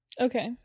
okay